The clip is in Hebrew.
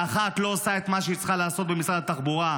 שאחת לא עושה את מה שהיא צריכה לעשות במשרד התחבורה,